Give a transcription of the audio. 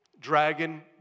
dragon